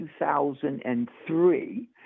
2003